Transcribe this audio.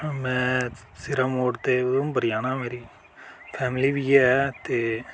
में सिरां मोड़ ते उधमपुरी जाना मेरी फैमली बी ऐ ते